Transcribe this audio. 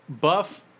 Buff